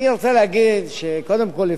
אני רוצה להגיד שקודם כול,